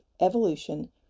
evolution